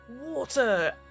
water